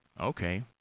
Okay